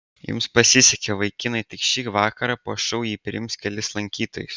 jums pasisekė vaikinai tik šį vakarą po šou ji priims kelis lankytojus